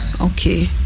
Okay